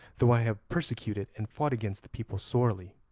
though i have persecuted and fought against the people sorely,